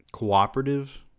cooperative